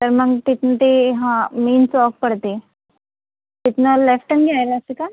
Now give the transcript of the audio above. तर मग तिथून ते हा मेन चौक पडते तिथून लेफ्ट टर्न घ्यायला लागते का